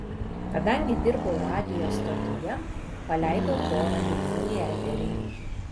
kadangi dirbau radijo stotyje paleidau porą dainų į eterį